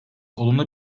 olumlu